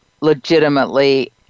legitimately